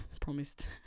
promised